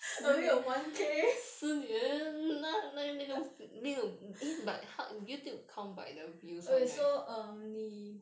probably have one K okay so err 你